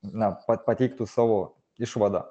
na pa pateiktų savo išvadą